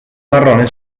marrone